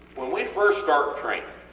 when we first start training,